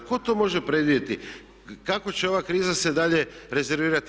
Tko to može predvidjeti kako će ova kriza se dalje razvijati?